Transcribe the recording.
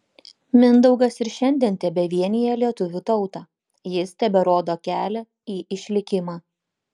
mindaugas ir šiandien tebevienija lietuvių tautą jis teberodo kelią į išlikimą